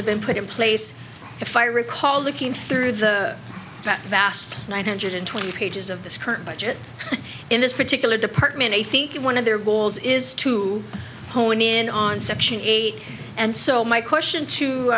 have been put in place if i recall looking through the that vast one hundred twenty pages of this current budget in this particular department i think one of their goals is to hone in on section eight and so my question to